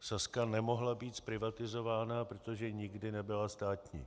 Sazka nemohla být zprivatizována, protože nikdy nebyla státní.